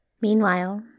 Meanwhile